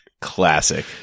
Classic